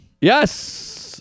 Yes